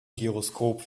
gyroskop